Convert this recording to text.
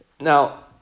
Now